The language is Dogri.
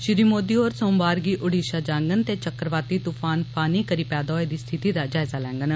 श्री मोदी होर सोमवार गी उडीषा जाङन ते चक्रवाती तुफान फानी करी पैदा होई दी स्थिति दा जायजा लैडन